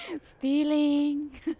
Stealing